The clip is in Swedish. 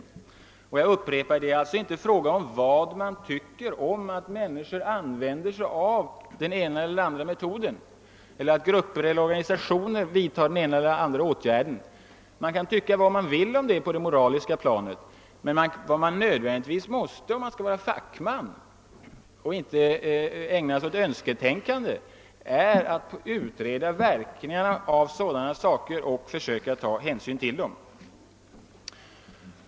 Det är inte — jag upprepar det — fråga om vad man tycker om att människor använder den ena eller andra metoden eller att grupper eller organisationer vidtar den ena eller andra åtgärden men om man är fackman och inte ägnar sig åt önsketänkande måste man utreda verkningarna av de skattemässiga försvarsåtgärderna och försöka ta hänsyn till dem.